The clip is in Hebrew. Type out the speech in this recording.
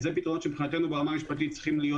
אלה פתרונות שמבחינתנו ברמה המשפטית צריכים להיות